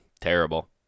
Terrible